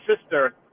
sister